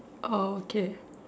okay